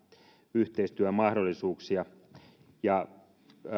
yhteistyömahdollisuuksia